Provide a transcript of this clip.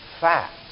fact